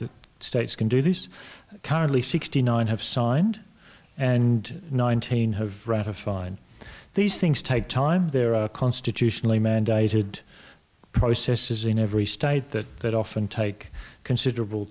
that states can do this currently sixty nine have signed and nineteen have ratified these things take time there are constitutionally mandated processes in every state that that often take considerable